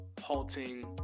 halting